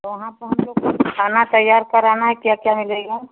वहाँ पर हम लोग को खाना तैयार कराना है क्या क्या मिलेगा